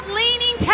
leaning